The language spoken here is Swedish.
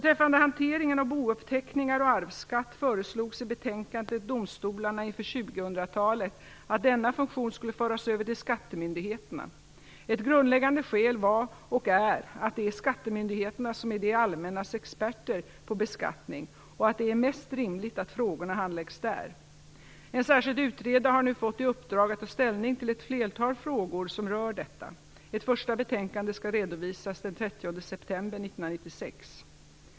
2000-talet att denna funktion skulle föras över till skattemyndigheterna. Ett grundläggande skäl var, och är, att det är skattemyndigheterna som är det allmänas experter på beskattning, och att det är mest rimligt att frågorna handläggs där. En särskild utredare har nu fått i uppdrag att ta ställning till ett flertal frågor som rör detta. Ett första betänkande skall redovisas den 30 september 1996.